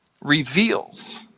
reveals